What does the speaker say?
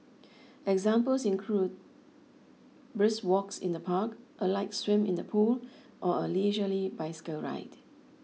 examples include brisk walks in the park a light swim in the pool or a leisurely bicycle ride